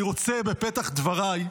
בפתח דבריי,